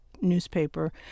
Newspaper